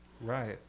Right